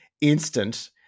instant